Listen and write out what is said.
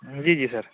جی جی سر